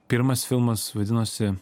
pirmas filmas vadinosi